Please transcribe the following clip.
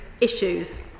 issues